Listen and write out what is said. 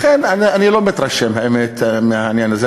לכן, האמת היא שאני לא מתרשם מהעניין הזה.